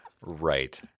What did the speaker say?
right